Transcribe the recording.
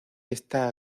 está